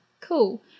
Cool